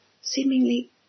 seemingly